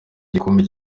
igikombe